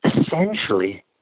essentially